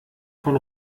von